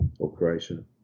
operation